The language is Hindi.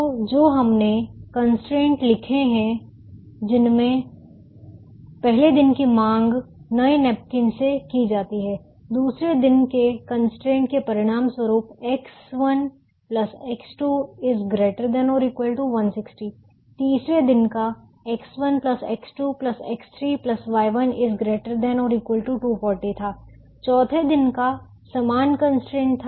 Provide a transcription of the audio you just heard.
तो जो हमने कंस्ट्रेंट लिखें जिसमें पहले दिन की मांग नए नैपकिन से की जाती है दूसरे दिन के कंस्ट्रेंट के परिणामस्वरूप X1 X2 ≥ 160 तीसरे दिन का X1X2X3Y1 ≥ 240 था चौथे दिन का समान कंस्ट्रेंट था